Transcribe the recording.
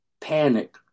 panic